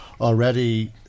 already